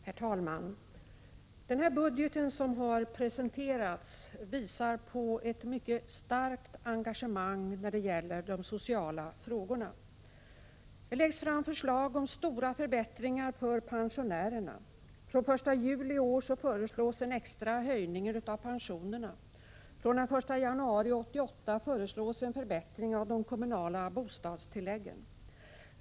Herr talman! Den budget som har presenterats visar på ett mycket starkt engagemang i de sociala frågorna. Där läggs fram förslag om stora förbättringar för pensionärerna. Från den 1 juli i år föreslås en extra höjning av pensionerna. Från den 1 januari 1988 föreslås en förbättring av de kommunala bostadstilläggen.